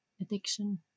addiction